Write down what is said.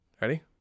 Ready